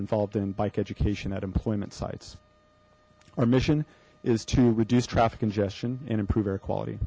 involved in bike education at employment sites our mission is to reduce traffic congestion and improve air quality